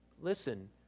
Listen